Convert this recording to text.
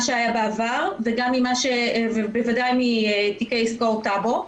שהיה בעבר ובוודאי מתיקי עסקאות טאבו,